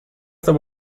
there